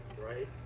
right